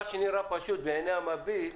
מה שנראה פשוט לעיני המאזין,